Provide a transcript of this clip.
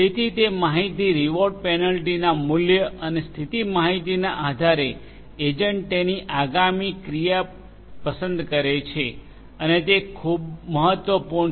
તેથી તે માહિતી રીવોર્ડ પેનલ્ટીના મૂલ્ય અને સ્થિતિ માહિતીના આધારે એજન્ટ તેની આગામી ક્રિયા પસંદ કરે છે અને તે ખૂબ મહત્વપૂર્ણ છે